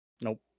Nope